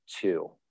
two